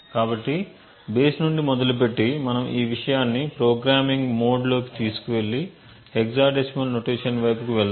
కాబట్టి బేస్ నుండి మొదలుపెట్టి మనం ఈ విషయాన్ని ప్రోగ్రామింగ్ మోడ్లోకి తీసుకెళ్లి హెక్సాడెసిమల్ నొటేషన్ వైపుకు వెళదాము